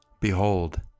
Behold